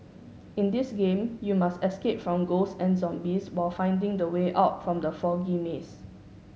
in this game you must escape from ghost and zombies while finding the way out from the foggy maze